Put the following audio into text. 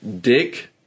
Dick